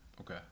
okay